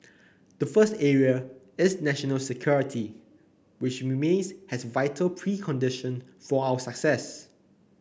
the first area is national security which remains has vital precondition for our success